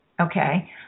okay